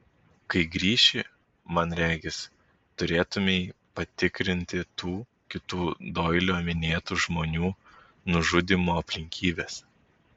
kai grįši man regis turėtumei patikrinti tų kitų doilio minėtų žmonių nužudymo aplinkybes